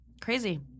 Crazy